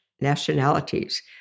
nationalities